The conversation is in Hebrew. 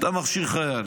אתה מכשיר חייל,